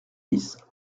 dix